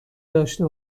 داشته